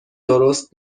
درست